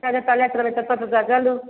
जत्तऽ जत्तऽ जाइत रहबै तत्तऽ तत्तऽ चलू